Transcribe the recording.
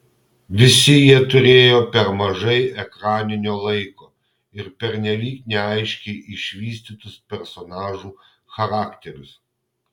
visi jie turėjo per mažai ekraninio laiko ir pernelyg neaiškiai išvystytus personažų charakterius